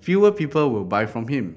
fewer people will buy from him